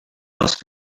most